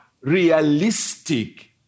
realistic